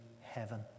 heaven